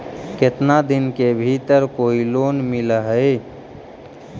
केतना दिन के भीतर कोइ लोन मिल हइ?